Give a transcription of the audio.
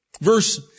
verse